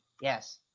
Yes